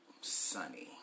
sunny